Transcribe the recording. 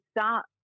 start